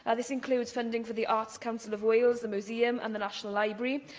ah this includes funding for the arts council of wales, the museum and the national library,